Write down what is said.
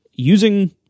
using